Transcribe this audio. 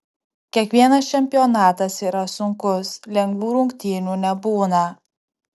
kiekvienas čempionatas yra sunkus lengvų rungtynių nebūna